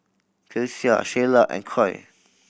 Kelsea Sheyla and Coy